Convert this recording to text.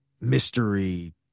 mystery